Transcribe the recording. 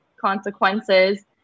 consequences